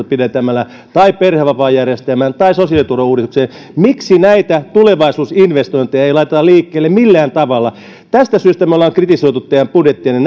pidentämällä tai perhevapaajärjestelmään tai sosiaaliturvauudistukseen miksi näitä tulevaisuusinvestointeja ei laiteta liikkeelle millään tavalla tästä syystä me olemme kritisoineet teidän budjettianne